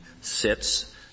SITs